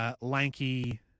lanky